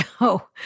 no